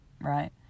right